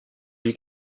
lui